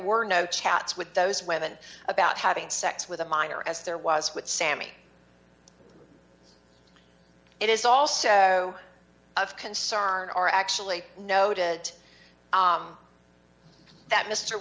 were no chats with those women about having sex with a minor as there was with sammy it is also of concern are actually noted that mr